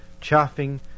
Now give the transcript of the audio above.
chaffing